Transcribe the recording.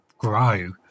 grow